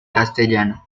castellano